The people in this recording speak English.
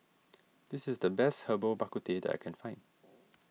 this is the best Herbal Bak Ku Teh that I can find